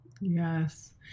Yes